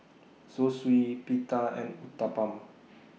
Zosui Pita and Uthapam